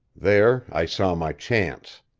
there i saw my chance.